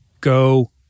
go